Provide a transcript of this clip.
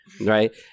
Right